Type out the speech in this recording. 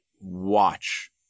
watch